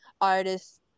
artists